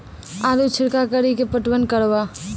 आलू छिरका कड़ी के पटवन करवा?